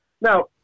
Now